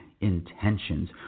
intentions